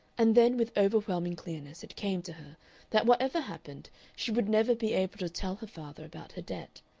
and then with overwhelming clearness it came to her that whatever happened she would never be able to tell her father about her debt.